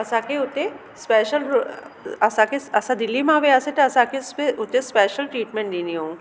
असांखे हुते स्पेशल असांखे असां दिल्ली मां वियासीं त असांखे स्पे हुते स्पेशल ट्रीटमेंट ॾिनी हुइयूं